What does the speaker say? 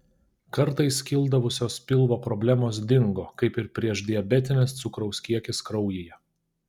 kartais kildavusios pilvo problemos dingo kaip ir priešdiabetinis cukraus kiekis kraujyje